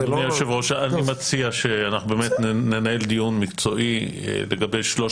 זה לא --- אני מציע שננהל דיון מקצועי לגבי שלוש